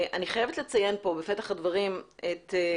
בפתח הדברים אני